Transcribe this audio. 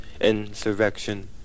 insurrection